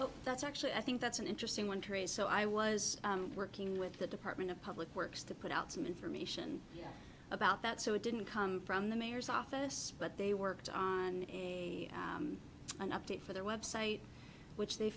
well that's actually i think that's an interesting one to raise so i was working with the department of public works to put out some information about that so it didn't come from the mayor's office but they worked on a an update for their website which they